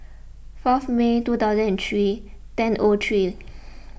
fourth May two thousand and three ten O three